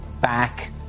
back